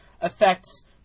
affects